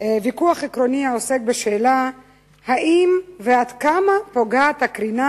ויכוח עקרוני בשאלות האם ועד כמה פוגעת הקרינה